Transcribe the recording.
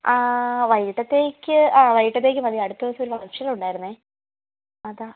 വൈകിട്ടത്തേക്ക് ആ വൈകിട്ടത്തേക്ക് മതി അടുത്തദിവസം ഒരു ഫംഗ്ഷൻ ഉണ്ടായിരുന്നേ അതാണ്